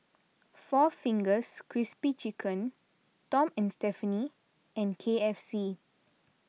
four Fingers Crispy Chicken Tom and Stephanie and K F C